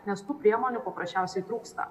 nes tų priemonių paprasčiausiai trūksta